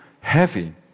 heavy